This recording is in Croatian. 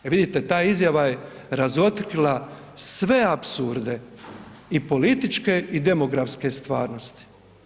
E vidite, ta izjava je razotkrila sve apsurde i političke i demografske stvarnosti.